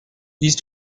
these